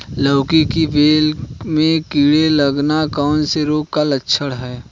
लौकी की बेल में कीड़े लगना कौन से रोग के लक्षण हैं?